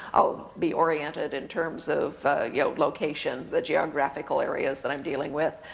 i'll be oriented in terms of yeah location, the geographical areas that i'm dealing with,